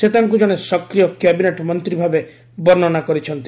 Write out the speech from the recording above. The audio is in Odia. ସେ ତାଙ୍କୁ ଜଣେ ସକ୍ରିୟ କ୍ୟାବିନେଟ୍ ମନ୍ତ୍ରୀ ଭାବେ ବର୍ଷ୍ଣନା କରିଛନ୍ତି